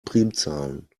primzahlen